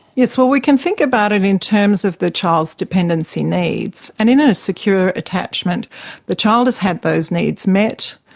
yes, well, we can think about it in terms of the child's dependency needs. and in a secure attachment the child has had those needs met,